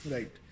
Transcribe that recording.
Right